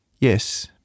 Yes